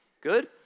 Good